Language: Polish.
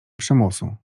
przymusu